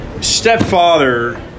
stepfather